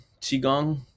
Qigong